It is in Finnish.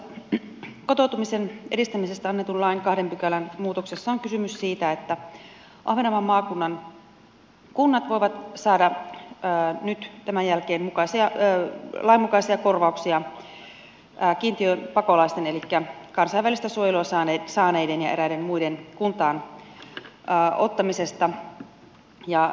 tässä kotoutumisen edistämisestä annetun lain kahden pykälän muutoksessa on kysymys siitä että ahvenanmaan maakunnan kunnat voivat saada nyt tämän jälkeen lainmukaisia korvauksia kiintiöpakolaisten elikkä kansainvälistä suojelua saaneiden ja eräiden muiden kuntaan ottamisesta